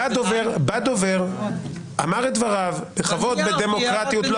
בא דובר, אמר את דבריו בכבוד, בדמוקרטיות.